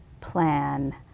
plan